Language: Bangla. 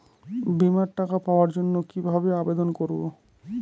বিমার টাকা পাওয়ার জন্য কিভাবে আবেদন করব?